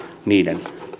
niiden